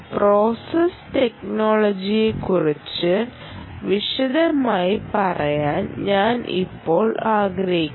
process ടെക്നോളജിയെക്കുറിച്ച് കുറച്ച് വിശദമായി പറയാൻ ഞാൻ ഇപ്പോൾ ആഗ്രഹിക്കുന്നു